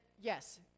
yes